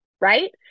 right